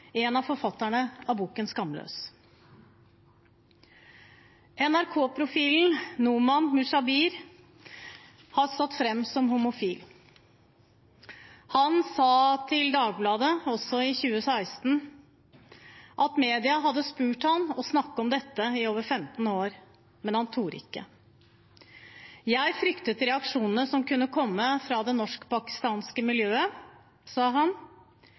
en av forfatterne av boken «Skamløs». NRK-profilen Noman Mubashir har stått fram som homofil. Han sa til Dagbladet – også i 2016 – at media hadde spurt ham om å snakke om dette i over 15 år, men han turte ikke. «Jeg fryktet reaksjonene som kunne komme fra det norsk-pakistanske miljøet.